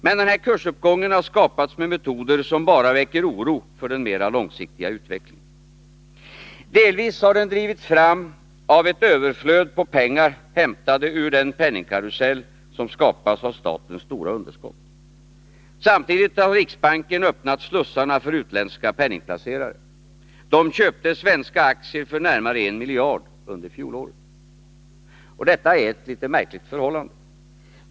Men kursuppgången har skapats med metoder som bara väcker oro för den mer långsiktiga utvecklingen. Delvis har kursuppgången drivits fram av ett överflöd av pengar, hämtade ur den penningkarusell som skapas av statens stora underskott. Samtidigt har riksbanken öppnat slussarna för utländska penningplacerare. De köpte svenska aktier för närmare 1 miljard under fjolåret. Detta är ett litet märkligt förhållande.